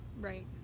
right